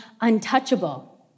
untouchable